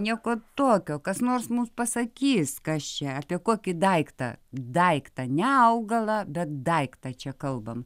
nieko tokio kas nors mums pasakys kas čia apie kokį daiktą daiktą ne augalą bet daiktą čia kalbam